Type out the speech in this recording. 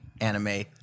anime